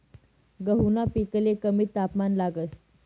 गहूना पिकले कमी तापमान लागस